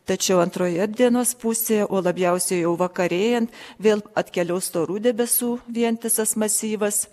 tačiau antroje dienos pusėje o labiausiai jau vakarėjant vėl atkeliaus storų debesų vientisas masyvas